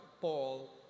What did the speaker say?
Paul